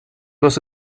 was